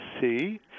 see